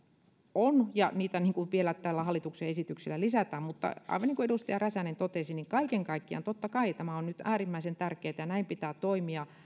on ja niitä vielä tällä hallituksen esityksellä lisätään mutta aivan niin kuin edustaja räsänen totesi kaiken kaikkiaan totta kai tämä on nyt äärimmäisen tärkeätä ja näin pitää toimia